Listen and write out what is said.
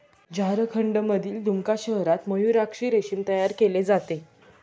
झारखंडमधील दुमका शहरात मयूराक्षी रेशीम तयार केले जाते